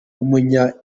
w’umunya